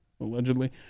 allegedly